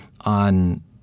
on